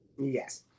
Yes